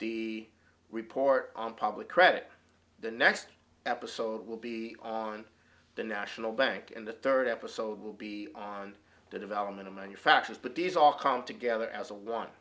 the report on public credit the next episode will be on the national bank and the third episode will be on the development of manufacturers but these all come together as a